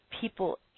people